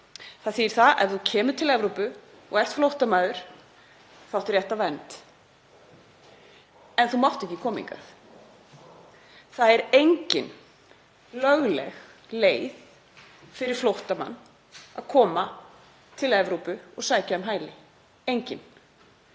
Það þýðir að ef þú kemur til Evrópu og ert flóttamaður áttu rétt á vernd. En þú mátt ekki koma hingað. Það er engin lögleg leið fyrir flóttamenn að koma til Evrópu og sækja um hæli — engin.